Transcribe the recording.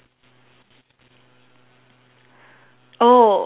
oh